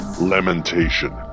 Lamentation